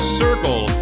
circle